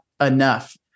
enough